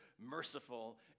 merciful